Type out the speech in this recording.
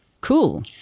Cool